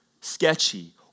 sketchy